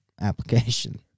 application